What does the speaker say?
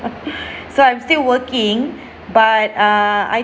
so I'm still working but err I